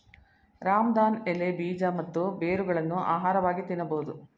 ರಾಮದಾನ್ ಎಲೆ, ಬೀಜ ಮತ್ತು ಬೇರುಗಳನ್ನು ಆಹಾರವಾಗಿ ತಿನ್ನಬೋದು